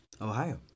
Ohio